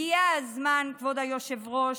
הגיע הזמן, כבוד היושב-ראש,